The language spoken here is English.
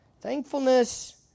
Thankfulness